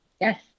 Yes